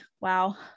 wow